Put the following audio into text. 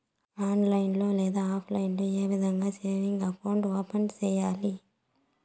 online లో లేదా offline లో ఏ విధంగా సేవింగ్ అకౌంట్ ఓపెన్ సేయాలి